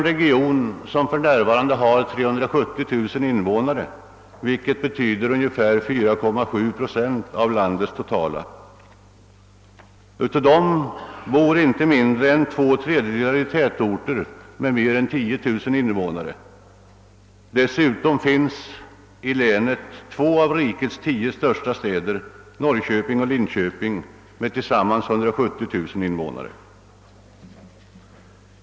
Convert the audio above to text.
Den har för närvarande 370 000 invånare, vilket betyder ungefär 4,7 procent av landets totala befolkning. Av dem bor inte mindre än två tredjedelar i tätorter med mer än 10 000 invånare. Dessutom finns i länet två av rikets tio största städer, Norrköping och Linköping, med tillsammans 170 000 invånare.